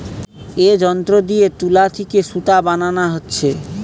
এ যন্ত্র দিয়ে তুলা থিকে সুতা বানানা হচ্ছে